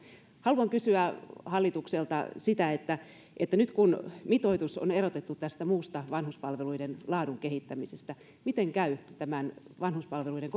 haluan kysyä hallitukselta nyt kun mitoitus on erotettu tästä muusta vanhuspalveluiden laadun kehittämisestä niin miten käy tämän vanhuspalveluiden